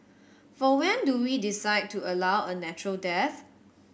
for when do we decide to allow a natural death